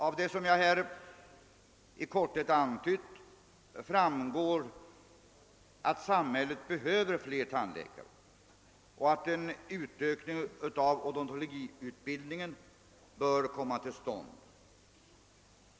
Av vad jag här antytt framgår att samhället behöver fler tandläkare och att en utökning av odontologutbildningen bör komma till stånd.